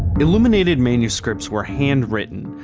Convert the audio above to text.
illuminated manuscripts were handwritten.